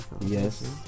Yes